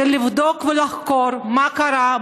כדי לבדוק ולחקור מה קרה,